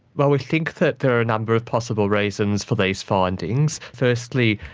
well, we think that there are a number of possible reasons for these findings. firstly,